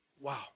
Wow